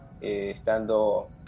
Estando